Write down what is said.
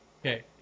Okay